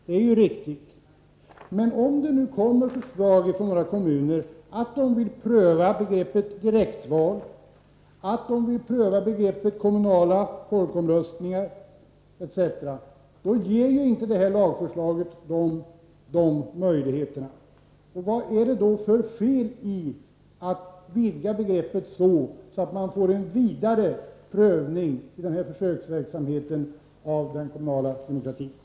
Det är riktigt, men om det kommer förslag från några kommuner att de vill pröva begreppet direktval, att de vill pröva begreppet kommunala folkomröstningar etc., så ger ju inte det här lagförslaget möjligheter till det. Vad är det då för fel i att vidga begreppet, så att man får en vidare prövning av den kommunala demokratin i denna försöksverksamhet?